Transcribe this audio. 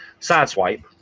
sideswipe